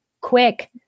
quick